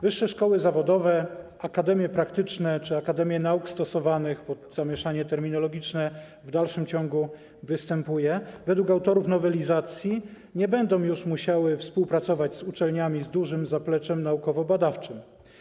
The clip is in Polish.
Wyższe szkoły zawodowe, akademie praktyczne czy akademie nauk stosowanych - zamieszanie terminologiczne w dalszym ciągu występuje - według autorów nowelizacji nie będą musiały współpracować z uczelniami z dużym zapleczem naukowo-badawczym.